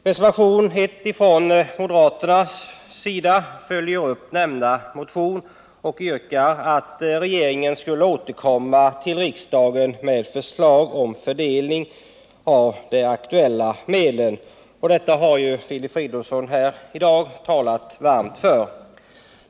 Reservationen 1 från moderaterna följer upp nämnda motion och yrkar att regeringen skall återkomma till riksdagen med förslag till fördelning av de aktuella medlen. Detta har Filip Fridolfsson här klart talat mycket varmt för.